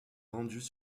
vendues